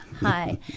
Hi